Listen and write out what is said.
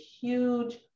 huge